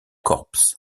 corps